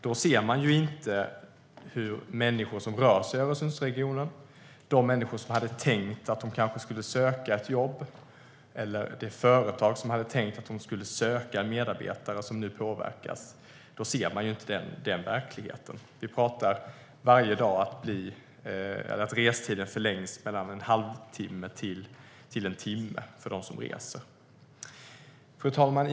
Då ser man inte verkligheten med människor som rör sig över Öresundsregionen, de människor som hade tänkt att de kanske skulle söka ett jobb eller de företag som hade tänkt söka en medarbetare och som nu påverkas. Vi talar om att restiden varje dags förlängs med mellan en halvtimme och en timme. Fru talman!